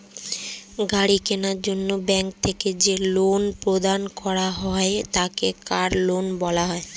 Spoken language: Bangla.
গাড়ি কেনার জন্য ব্যাঙ্ক থেকে যে লোন প্রদান করা হয় তাকে কার লোন বলা হয়